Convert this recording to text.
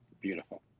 beautiful